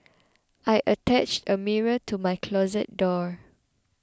I attached a mirror to my closet door